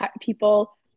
people